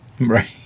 Right